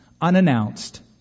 unannounced